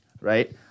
right